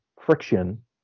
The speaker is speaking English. friction